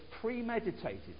premeditated